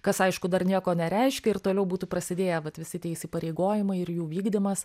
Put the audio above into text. kas aišku dar nieko nereiškia ir toliau būtų prasidėję vat visi tie įsipareigojimai ir jų vykdymas